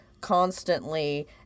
constantly